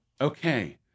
Okay